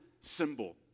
symbol